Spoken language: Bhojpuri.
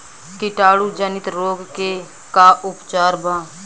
कीटाणु जनित रोग के का उपचार बा?